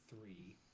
three